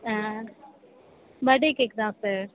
ஆ birthday cake தான் sir